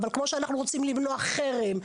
אבל כמו שאנחנו רוצים למנוע חרם,